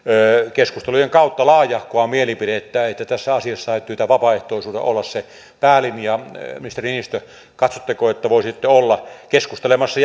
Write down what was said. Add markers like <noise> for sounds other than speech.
keskustelujen kautta laajahkoa mielipidettä että tässä asiassa täytyy vapaaehtoisuuden olla se päälinja ministeri niinistö katsotteko että voisitte olla keskustelemassa <unintelligible>